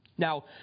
Now